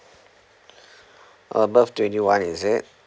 above twenty one is it